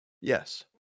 Yes